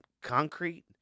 concrete